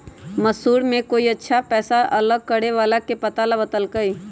मैसूर में कोई अच्छा पैसा अलग करे वाला के पता बतल कई